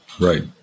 right